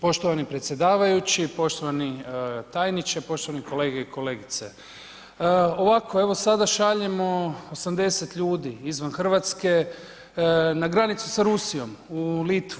Poštovani predsjedavajući, poštovani tajniče, poštovani kolege i kolegice, ovako evo sada šaljemo 80 ljudi izvan Hrvatske na granici sa Rusijom u Litvu.